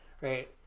Right